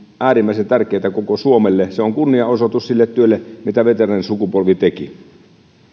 äärimmäisen tärkeitä koko suomelle se on kunnianosoitus sille työlle mitä veteraanisukupolvi teki